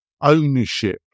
ownership